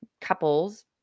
couples